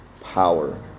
power